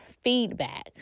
feedback